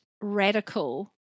radical